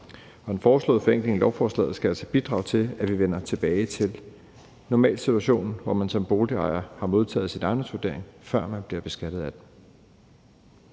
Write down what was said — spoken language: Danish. den foreslåede forenkling her i lovforslaget skal altså bidrage til, at vi vender tilbage til normalsituationen, hvor man som boligejer har modtaget sin ejendomsvurdering, før man bliver beskattet af den.